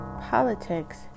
Politics